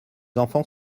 enfant